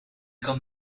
kan